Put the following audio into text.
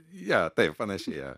jo taip panašiai jo